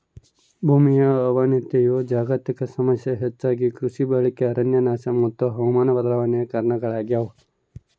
ಭೂಮಿಯ ಅವನತಿಯು ಜಾಗತಿಕ ಸಮಸ್ಯೆ ಹೆಚ್ಚಾಗಿ ಕೃಷಿ ಬಳಕೆ ಅರಣ್ಯನಾಶ ಮತ್ತು ಹವಾಮಾನ ಬದಲಾವಣೆ ಕಾರಣಗುಳಾಗ್ಯವ